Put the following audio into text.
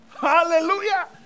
Hallelujah